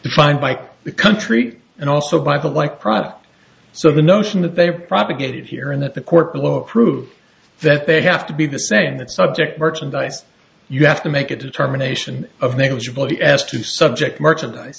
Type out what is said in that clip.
defined by the country and also by the like product so the notion that they have propagated here and that the court below prove that they have to be the same that subject merchandise you have to make a determination of negligibility as to subject merchandise